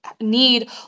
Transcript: need